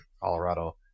colorado